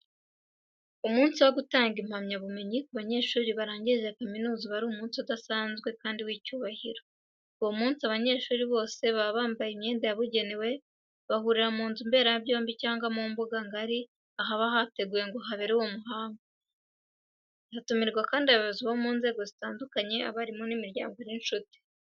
Umunsi wo gutanga impamyabumenyi ku banyeshuri barangije kaminuza uba ari umunsi udasanzwe kandi w'icyubahiro. Uwo munsi, abanyeshuri bose baba bambaye imyenda yabugenewe, bahurira mu nzu mberabyombi cyangwa mu mbuga ngari ahaba hateguwe ngo habere uwo muhango, hatumirwa kandi abayobozi bo mu nzego zitandukanye, abarimu, imiryango n'inshuti.